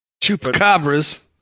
chupacabras